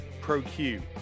Pro-Q